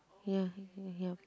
ya ya